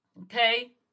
Okay